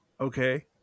Okay